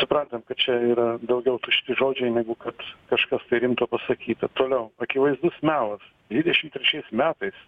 suprantam kad čia yra daugiau tušti žodžiai negu kad kažkas tai rimto pasakyta toliau akivaizdus melas dvidešim trečiais metais